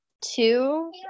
two